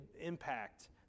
impact